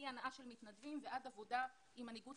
מהנעה של מתנדבים ועד עבודה עם מנהיגות